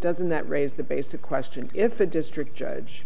doesn't that raise the basic question if a district judge